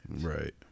right